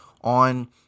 on